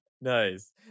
Nice